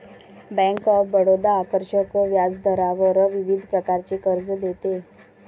bank of Baroda आकर्षक व्याजदरावर विविध प्रकारचे कर्ज देते